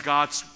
God's